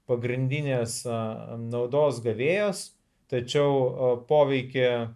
pagrindinė sau naudos gavėjas tačiau o poveikį